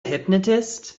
hypnotist